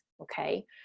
okay